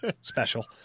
Special